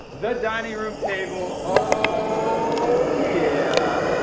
the dining room table. oh yeah.